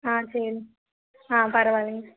ஆ சரி ஆ பரவாயில்லிங்